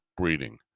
breeding